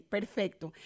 Perfecto